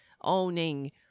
owning